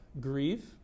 grieve